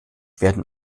werden